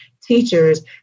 teachers